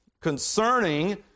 concerning